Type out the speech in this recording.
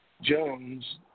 Jones